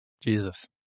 Jesus